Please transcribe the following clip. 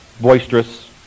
boisterous